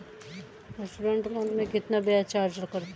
Student loan में कितना ब्याज चार्ज करते हैं?